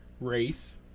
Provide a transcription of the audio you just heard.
race